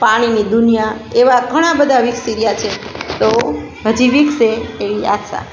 પાણીની દુનિયા એવા ઘણાં બધા વિકસી રહ્યાં છે તો હજી વિકસે એવી આશા